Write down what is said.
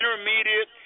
intermediate